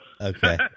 Okay